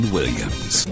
Williams